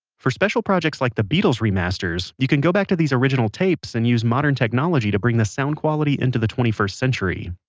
for special projects like the beatles remasters, you can go back to these original tapes and use modern technology to bring the sound quality into the twenty first century.